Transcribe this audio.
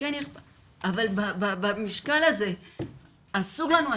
אבל במשקל הזה אסור לנו.